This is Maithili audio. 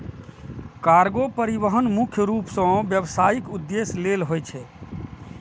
कार्गो परिवहन मुख्य रूप सं व्यावसायिक उद्देश्य लेल होइ छै